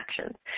actions